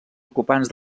ocupants